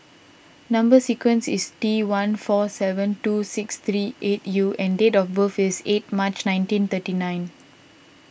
Number Sequence is T one four seven two six three eight U and date of birth is eight March nineteen thirty nine